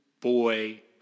boy